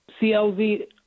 CLV